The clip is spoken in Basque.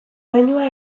doinua